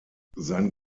sein